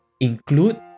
include